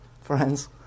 friends